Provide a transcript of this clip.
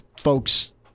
folks